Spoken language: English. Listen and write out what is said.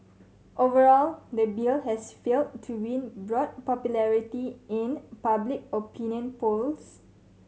overall the bill has failed to win broad popularity in public opinion polls